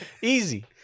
easy